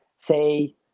say